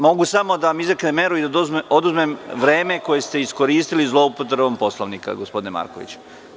Mogu samo da vam izreknem meru i da vam oduzmem vreme koje ste iskoristili zloupotrebom Poslovnika, gospodine Markoviću.